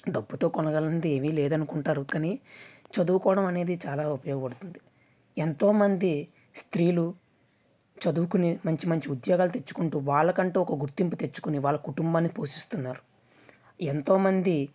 డబ్బుతో కొనగలిగినది ఏది లేదనుకుంటారు కానీ చదువుకోవడం అనేది చాలా ఉపయోగపడుతుంది ఎంతోమంది స్త్రీలు చదువుకునే మంచి మంచి ఉద్యోగాలు తెచ్చుకుంటూ వాళ్ళకంటూ ఒక గుర్తింపు తెచ్చుకునే వాళ్ళ కుటుంబాన్ని పోషిస్తున్నారు ఎంతోమంది